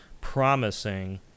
promising